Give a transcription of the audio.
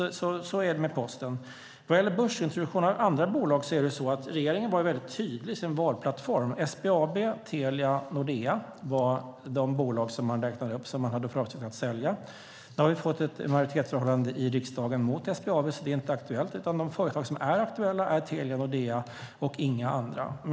Så är det med Posten. Vad gäller börsintroduktion av andra bolag var regeringen tydlig i sin valplattform om att SBAB, Telia och Nordea var de bolag som man hade pratat om att sälja. Nu har vi fått ett majoritetsförhållande i riksdagen mot SBAB, så det är inte aktuellt. De företag som är aktuella är Telia och Nordea och inga andra.